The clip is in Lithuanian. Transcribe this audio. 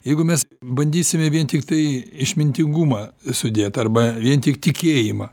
jeigu mes bandysime vien tiktai išmintingumą sudėt arba vien tik tikėjimą